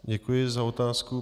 Děkuji za otázku.